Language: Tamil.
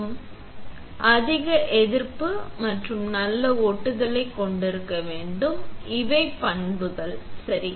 இது அதிக எதிர்ப்பு மற்றும் நல்ல ஒட்டுதலைக் கொண்டிருக்க வேண்டும் இவை பண்புகள் சரி